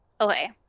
Okay